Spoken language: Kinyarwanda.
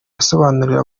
asobanurira